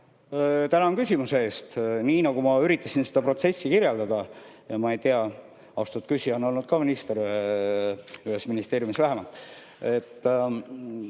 Tänan küsimuse eest! Nii nagu ma üritasin seda protsessi kirjeldada – ma ei tea, austatud küsija on olnud ka minister, ühes ministeeriumis vähemalt